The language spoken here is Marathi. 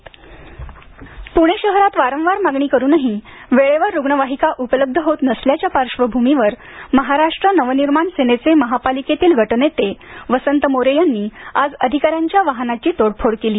रूग्णवाहिका आंदोलन पुणे शहरात वारंवार मागणी करूनही वेळेवर रुग्णवाहिका उपलब्ध होत नसल्याच्या पार्श्वभूमीवर महाराष्ट्र नवनिर्माण सेनेचे महापालिकेतील गटनेते वसंत मोरे यांनी आज अधिकाऱ्यांच्या वाहनाची तोडफोड केली